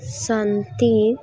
ᱥᱟᱱᱛᱤ